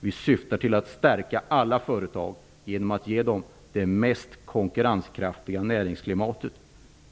Vi syftar till att stärka alla företag genom att ge dem det mest konkurrenskraftiga näringsklimatet.